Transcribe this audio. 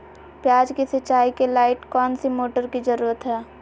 प्याज की सिंचाई के लाइट कौन सी मोटर की जरूरत है?